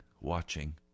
watching